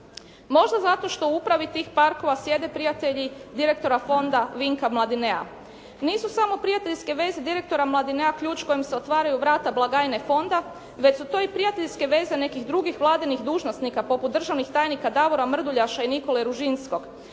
možda zato što u upravi tih parkova sjede prijatelji direktora Fonda Vinka Mladinea. Nisu samo prijateljske veze direktora Mladinea ključ kojim se otvaraju vrata blagajne Fonda već su to i prijateljske veze nekih drugih vladinih dužnosnika poput državnih tajnika Davora Mrduljaša i Nikole Ružinskog.